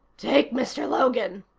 take mr. logan,